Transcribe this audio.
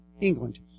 England